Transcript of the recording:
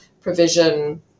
provision